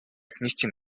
отнести